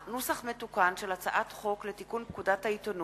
נוסח מתוקן של הצעת חוק לתיקון פקודת העיתונות